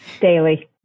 Daily